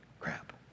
crap